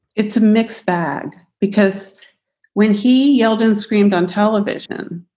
it's a mixed bag because when he yelled and screamed on television,